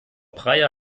breyer